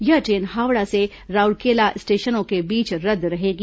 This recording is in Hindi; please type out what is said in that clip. यह ट्रेन हावड़ा से राउरकेला स्टेशनों के बीच रद्द रहेगी